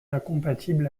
incompatible